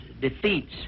defeats